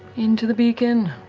into the beacon.